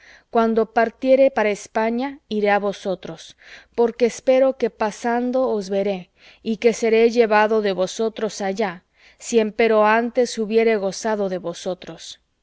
cuando partiere para españa iré á vosotros porque espero que pasando os veré y que seré llevado de vosotros allá si empero antes hubiere gozado de vosotros